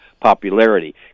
popularity